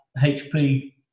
HP